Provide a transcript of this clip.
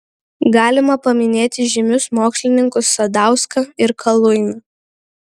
galima paminėti žymius mokslininkus sadauską ir kaluiną